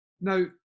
Now